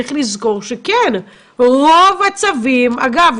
צריך לזכור שרוב הצווים אגב,